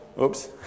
Oops